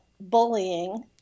bullying